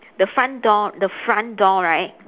the front door the front door right